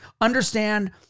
understand